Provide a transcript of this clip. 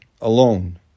alone